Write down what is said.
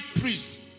priest